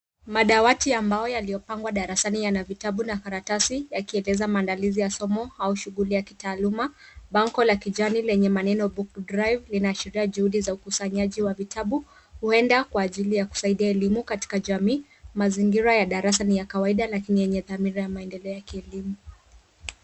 Madawati ya mbao yaliyopangwa darasani yana vitabu na karatasi yakieleza maandalizi ya somo au shughuli ya kitaaluma. Bango la kijani lenye maneno book to drive linaashiria juhudi za ukusanyaji wa vitabu, huenda kwa ajili ya kusaidia elimu katika jamii . Mazingira ya darasa ni ya kawaida lakini yenye dhamira ya kielimu.